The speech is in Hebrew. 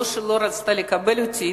לא שהיא לא רצתה לקבל אותי,